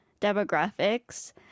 demographics